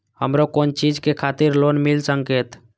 हमरो कोन चीज के खातिर लोन मिल संकेत?